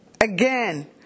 again